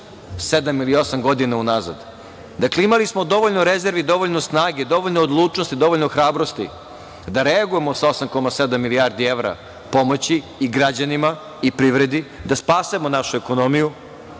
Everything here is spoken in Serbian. ili osam godina unazad. Dakle, imali smo dovoljno rezervi, dovoljno snage, dovoljno odlučnosti, dovoljno hrabrosti da reagujemo sa 8,7 milijardi evra pomoći i građanima i privredi, da spasemo našu ekonomiju,